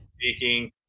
speaking